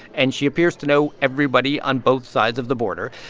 and she appears to know everybody on both sides of the border.